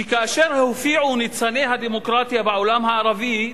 שכאשר הופיעו ניצני הדמוקרטיה בעולם הערבי,